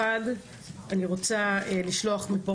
אני רוצה לשלוח מכאן,